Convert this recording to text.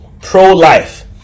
Pro-life